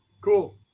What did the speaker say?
cool